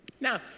Now